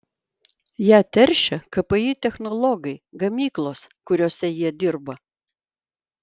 ją teršia kpi technologai gamyklos kuriose jie dirba